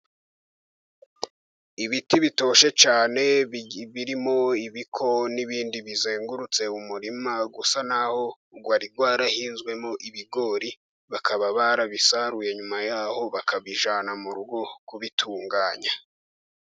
Ibiti bitoshye cyane birimo ibiko n'ibindi bizengurutse umurima, usa n'aho wari warahinzwemo ibigori bakaba barabisaruye, nyuma yaho bakabijyana mu rugo kubitunganya.